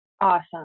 Awesome